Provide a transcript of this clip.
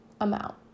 amount